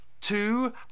Two